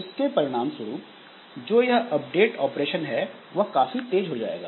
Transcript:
इसके परिणाम स्वरूप जो यह अपडेट ऑपरेशन है वह काफी तेज हो जाएगा